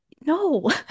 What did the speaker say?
No